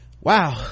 wow